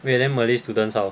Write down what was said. wait then malay students how